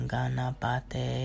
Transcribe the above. Ganapate